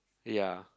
ya